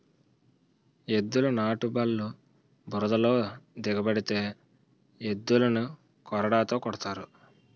ఎద్దుల నాటుబల్లు బురదలో దిగబడితే ఎద్దులని కొరడాతో కొడతారు